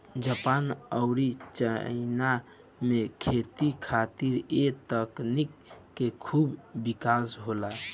Japan अउरी China में खेती खातिर ए तकनीक से खूब विकास होला